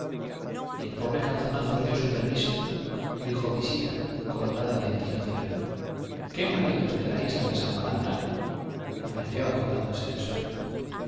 y el pobre calzonazos dio su permiso dijo visita colorada de indignación qué maridos de la isla de san balandrán añadió acordándose del suyo